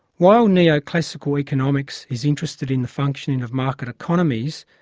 while neoclassical economics is interested in the functioning of market economies,